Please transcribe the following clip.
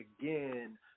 again